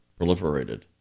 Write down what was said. proliferated